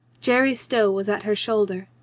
jerry stow was at her shoulder.